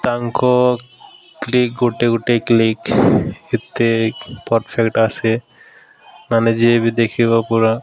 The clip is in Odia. ତାଙ୍କ କ୍ଲିକ୍ ଗୁଟେ ଗୁଟେ କ୍ଲିକ୍ ଏତେ ପର୍ଫେକ୍ଟ ଆସେ ମାନେ ଯିଏ ବି ଦେଖିବ ପୁରା